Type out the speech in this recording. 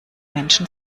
menschen